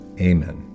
Amen